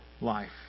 life